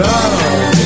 Love